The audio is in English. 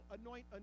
anoint